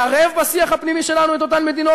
מערב בשיח הפנימי שלנו את אותן מדינות,